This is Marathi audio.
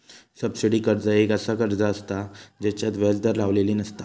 सबसिडी कर्ज एक असा कर्ज असता जेच्यात व्याज दर लावलेली नसता